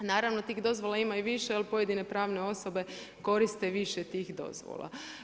Naravno tih dozvola ima i više ali pojedine pravne osobe koriste više tih dozvola.